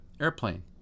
airplane